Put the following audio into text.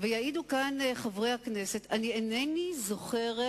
ויעידו כאן חברי הכנסת, אינני זוכרת,